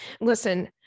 Listen